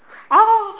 oh